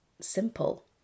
simple